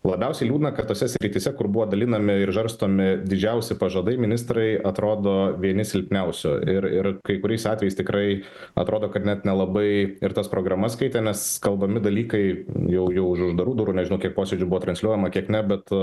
labiausiai liūdna kad tose srityse kur buvo dalinami ir žarstomi didžiausi pažadai ministrai atrodo vieni silpniausių ir ir kai kuriais atvejais tikrai atrodo kad net nelabai ir tas programas skaitė nes kalbami dalykai jau jau už uždarų durų nežinau kiek posėdžių buvo transliuojama kiek ne bet